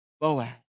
Boaz